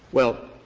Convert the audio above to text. well,